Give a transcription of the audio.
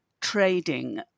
trading